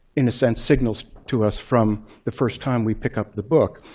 in a sense, signals to us from the first time we pick up the book.